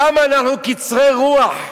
למה אנחנו קצרי רוח?